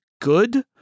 good